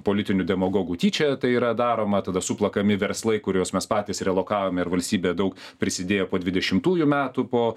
politinių demagogų tyčia tai yra daroma tada suplakami verslai kuriuos mes patys relokavome ir valstybė daug prisidėjo po dvidešimtųjų metų po